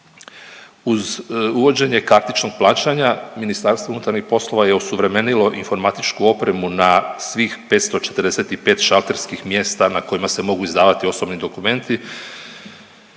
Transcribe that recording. Uz uvođenje kartičnog plaćanja, Ministarstvo unutarnjih poslova je osuvremenilo informatičku opremu na svih 545 šalterskih mjesta na kojima se mogu izdavati osobni dokumenti,